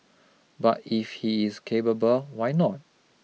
but if he is capable why not